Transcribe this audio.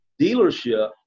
dealership